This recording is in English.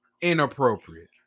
inappropriate